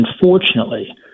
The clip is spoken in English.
unfortunately